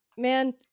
Man